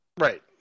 Right